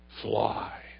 Fly